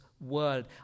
world